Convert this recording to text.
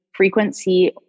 Frequency